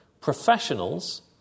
professionals